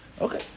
Okay